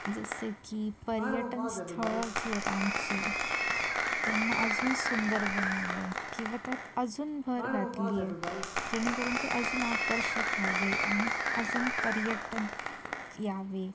जसे की पर्यटन स्थळं जी आहेत आमची त्यांना अजून सुंदर बनवलं आहे किंवा त्यात अजून भर घातली आहे जेणेकरून ते अजून आकर्षक व्हावे आणि अजून पर्यटन यावे